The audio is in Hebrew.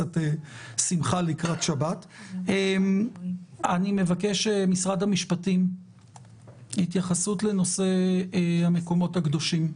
אני מבקש ממשרד המשפטים התייחסות לנושא המקומות הקדושים,